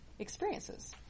experiences